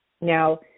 Now